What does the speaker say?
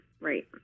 Right